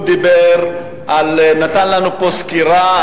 הוא נתן פה סקירה,